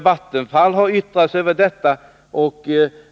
Vattenfall har yttrat sig över detta.